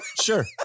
Sure